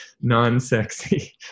non-sexy